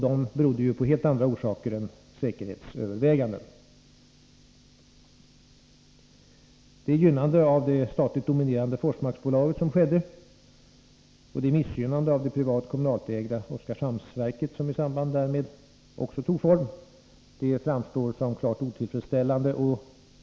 De berodde på helt andra saker än säkerhetsöverväganden. Det gynnande av det statligt dominerade Forsmarksbolaget som skedde och det missgynnande av det privat-kommunalt ägda Oskarshamnsverket, som i samband därmed också tog form, framstår som klart otillfredsställande.